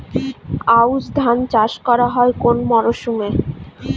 আউশ ধান চাষ করা হয় কোন মরশুমে?